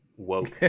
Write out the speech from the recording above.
woke